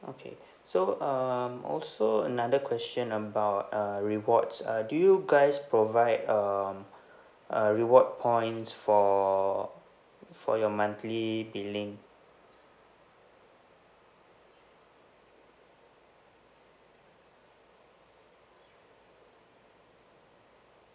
okay so um also another question about uh rewards uh do you guys provide um uh reward points for for your monthly billing